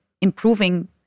improving